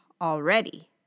already